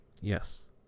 Yes